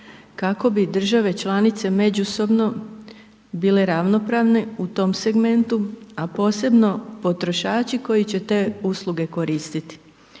kako bi države članice međusobno bile ravnopravne u tom segmentu, a posebno potrošači koji će te usluge koristiti.